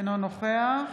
אינו נוכח